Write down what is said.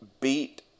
beat